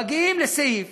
מגיעים לסעיף